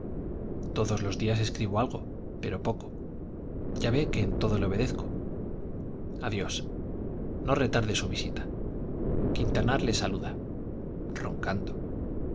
todos los días escribo algo pero poco ya ve que en todo le obedezco adiós no retarde su visita quintanar le saluda roncando